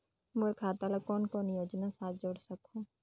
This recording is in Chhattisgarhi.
मोर खाता ला कौन कौन योजना साथ जोड़ सकहुं?